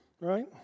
right